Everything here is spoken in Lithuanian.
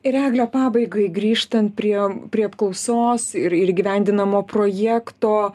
ir egle pabaigai grįžtant prie prie apklausos ir ir įgyvendinamo projekto